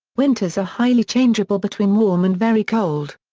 winters are highly changeable between warm and very cold.